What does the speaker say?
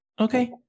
Okay